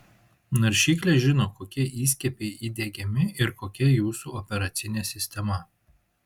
naršyklė žino kokie įskiepiai įdiegiami ir kokia jūsų operacinė sistema